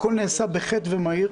הכול נעשה בחטא ומהיר,